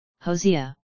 Hosea